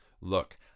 Look